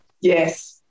Yes